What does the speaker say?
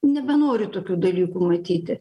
nebenori tokių dalykų matyti